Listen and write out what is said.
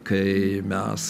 kai mes